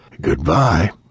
Goodbye